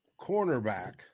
cornerback